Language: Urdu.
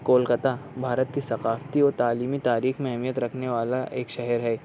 کولککتہ بھارت کی ثقافتی اور تعلیمی تاریخ میں اہمیت رکھنے والا ایک شہر ہے